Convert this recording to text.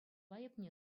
айӑпне